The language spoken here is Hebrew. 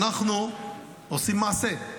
אנחנו עושים מעשה,